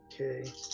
Okay